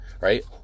right